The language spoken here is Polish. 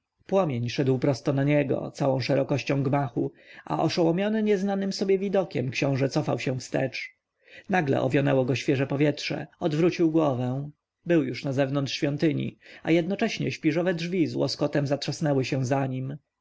płomień szedł prosto na niego całą szerokością gmachu a oszołomiony nieznanym sobie widokiem książę cofał się wstecz nagle owionęło go świeże powietrze odwrócił głowę był już nazewnątrz świątyni a jednocześnie śpiżowe drzwi z łoskotem zatrzasnęły się za nim